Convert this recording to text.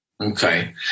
Okay